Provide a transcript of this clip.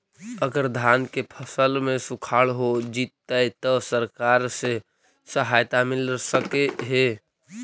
अगर धान के फ़सल में सुखाड़ होजितै त सरकार से सहायता मिल सके हे?